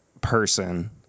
person